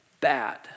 Bad